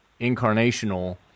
incarnational